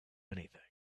anything